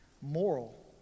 moral